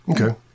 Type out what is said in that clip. Okay